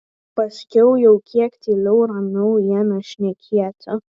paskiau jau kiek tyliau ramiau ėmė šnekėti